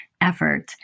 effort